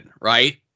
Right